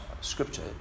scripture